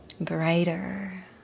brighter